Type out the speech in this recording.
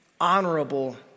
honorable